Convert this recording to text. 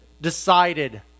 decided